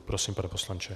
Prosím, pane poslanče.